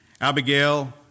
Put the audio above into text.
Abigail